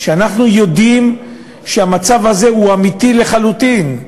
כשאנחנו יודעים שהמצב הזה הוא אמיתי לחלוטין.